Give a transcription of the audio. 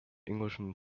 englishman